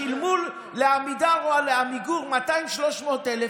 שילמו לעמידר או לעמיגור 200,000 300,000,